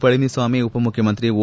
ಪಳನಿಸ್ವಾಮಿ ಉಪಮುಖ್ಯಮಂತ್ರಿ ಓ